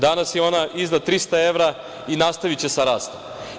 Danas je ona iznad 300 evra i nastaviće sa rastom.